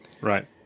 right